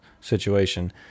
situation